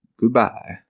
Goodbye